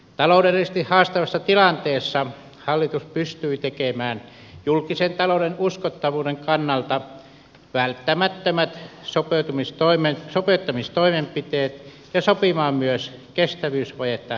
taloudellisesti haastavassa tilanteessa hallitus pystyi tekemään julkisen talouden uskottavuuden kannalta välttämättömät sopeuttamistoimenpiteet ja sopimaan myös kestävyysvajetta vähentävistä ratkaisuista